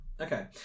okay